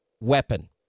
weapon